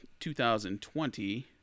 2020